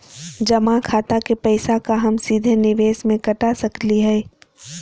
जमा खाता के पैसा का हम सीधे निवेस में कटा सकली हई?